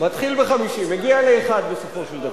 מתחיל ב-50 ומגיע לאחד בסופו של דבר.